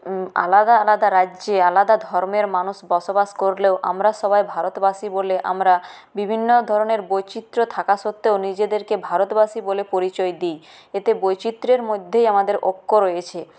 আলাদা আলাদা রাজ্যে আলাদা ধর্মের মানুষ বসবাস করলেও আমরা সবাই ভারতবাসী বলে আমরা বিভিন্ন ধরনের বৈচিত্র থাকা সত্ত্বেও নিজেদেরকে ভারতবাসী বলে পরিচয় দিই এতে বৈচিত্রের মধ্যেই আমাদের ঐক্য রয়েছে